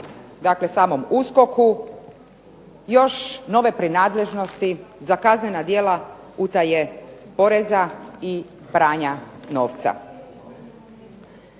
dakle samom USKOK-u još nove prenadležnosti za kaznena djela utaje poreza i pranja novca.